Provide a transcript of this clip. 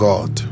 God